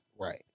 Right